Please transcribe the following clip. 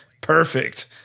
Perfect